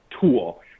tool